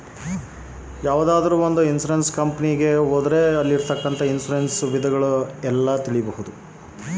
Insurance ವಿಧಗಳನ್ನ ನಾನು ಹೆಂಗ ನೋಡಬಹುದು?